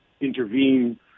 intervene